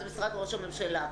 זה משרד ראש הממשלה,